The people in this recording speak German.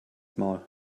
maul